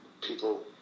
people